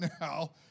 now